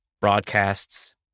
broadcasts